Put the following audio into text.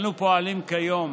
אנו פועלים כיום